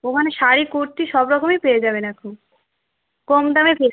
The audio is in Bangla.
ওখানে শাড়ি কুর্তি সব রকমই পেয়ে যাবেন এখন কম দামে পেয়ে